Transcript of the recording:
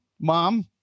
mom